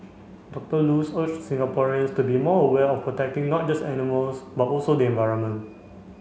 Doctor Luz urged Singaporeans to be more aware of protecting not just animals but also the environment